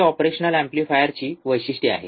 हि ऑपरेशनल एंपलीफायरची वैशिष्ट्ये आहेत